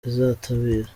izitabira